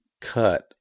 cut